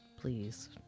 please